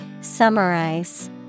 Summarize